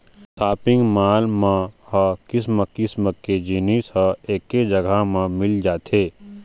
shopping mall मन ह किसम किसम के जिनिस ह एके जघा म मिल जाथे